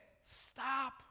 stop